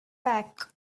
back